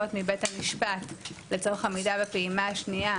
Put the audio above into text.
מבית המשפט לצורך עמידה בפעימה השנייה,